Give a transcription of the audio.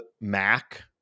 mac